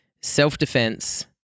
self-defense